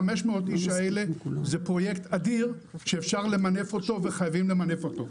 500 האיש האלה זה פרויקט אדיר שאפשר למנף אותו וחייבים למנף אותו.